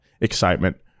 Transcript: excitement